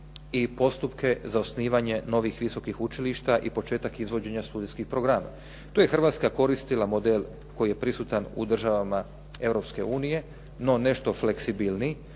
i postupke za osnivanje novih visokih učilišta i početak izvođenja studijskih programa. Tu je Hrvatska koristila model koji je prisutan u državama Europske unije, no nešto fleksibilniji.